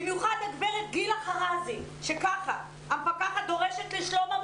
מדובר במורים שהשכר שלהם הוא